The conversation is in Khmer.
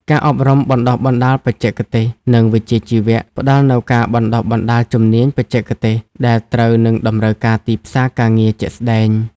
ការអប់រំបណ្ដុះបណ្ដាលបច្ចេកទេស និងវិជ្ជាជីវៈ ផ្ដល់នូវការបណ្ដុះបណ្ដាលជំនាញបច្ចេកទេសដែលត្រូវនឹងតម្រូវការទីផ្សារការងារជាក់ស្ដែង។